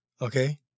Okay